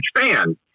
fan